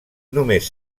només